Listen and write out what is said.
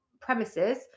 premises